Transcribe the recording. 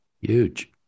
Huge